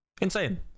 Insane